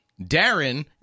darren